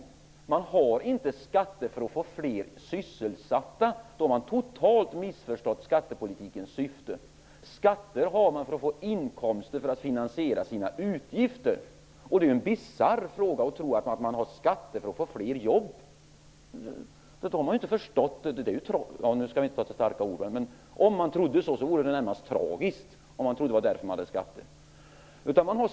Skatter är inte till för att få fler människor sysselsatta. Tror man det, har man totalt missförstått skattepolitikens syfte. Skatter har man för att få inkomster till att finansiera sina utgifter. Det är en bisarr uppfattning att man har skatter för att få fler jobb. Nu skall jag inte ta till starka ord, men om man trodde att det var därför man har skatter, vore det närmast tragiskt.